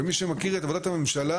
ומי שמכיר את עבודת הממשלה,